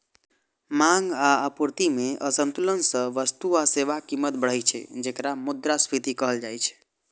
मांग आ आपूर्ति मे असंतुलन सं वस्तु आ सेवाक कीमत बढ़ै छै, जेकरा मुद्रास्फीति कहल जाइ छै